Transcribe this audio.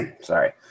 sorry